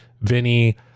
Vinny